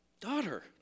Daughter